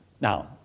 Now